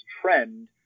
trend